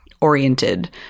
oriented